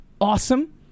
awesome